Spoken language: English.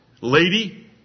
lady